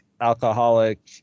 alcoholic